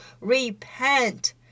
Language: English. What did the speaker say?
Repent